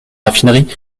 raffinerie